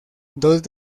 dos